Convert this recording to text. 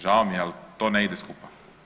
Žao mi je ali to ne ide skupa.